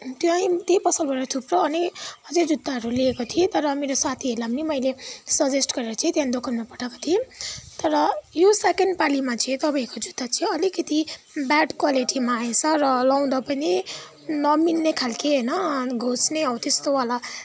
त्यहीँ त्यहीँ पसलबड अनि अझै जुत्ताहरू लिएको थिएँ तर मेरो साथीहरलाई पनि मैले सजेस्ट गरेर चाहिँ त्यहाँ दोकानमा पठाएको थिएँ तर यो सेकेन्ड पालीमा चाहिँ तपाईँहरूको जुत्ता चाहिँ अलिकिति ब्याड क्वालिटिमा आएछ र लाउँदा पनि नमिल्ने खालके होइन घोँच्ने हो त्यस्तो वाला